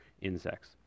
insects